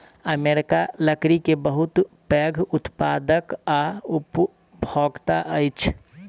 America लकड़ी के बहुत पैघ उत्पादक आ उपभोगता अछि